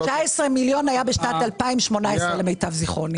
19 מיליון היה ב-2019 למיטב זכרוני.